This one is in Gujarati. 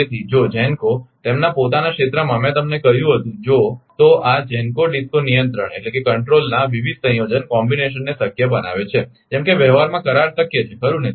તેથી જો GENCOs તેમના પોતાના ક્ષેત્રમાં મેં તમને કહ્યું હતું તો આ GENCO DISCO નિયંત્રણના વિવિધ સંયોજન ને શક્ય બનાવે છે જેમ કે વ્યવહારમાં કરાર શક્ય છે ખરુ ને